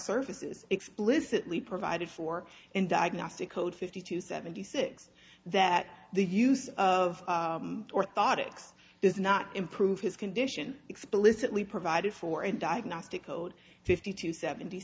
services explicitly provided for in diagnostic code fifty two seventy six that the use of or thought it does not improve his condition explicitly provided for a diagnostic code fifty to seventy